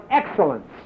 excellence